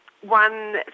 one